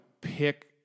pick